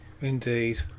Indeed